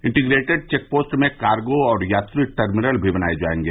integrated check post में cargo और यात्री टर्मिनल भी बनाये जायेंगे